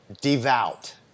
devout